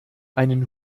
einen